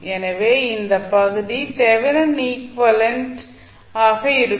எனவே இந்த பகுதி தெவெனின் ஈக்விவலெண்ட் ஆக இருக்கும்